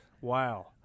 wow